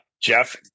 Jeff